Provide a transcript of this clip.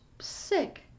sick